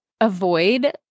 avoid